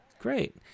Great